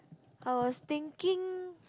I was thinking